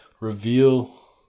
Reveal